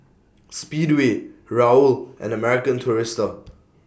Speedway Raoul and American Tourister